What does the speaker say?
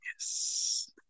Yes